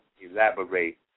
Elaborate